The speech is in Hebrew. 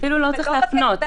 אפילו לא צריך להפנות.